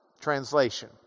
translation